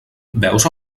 veus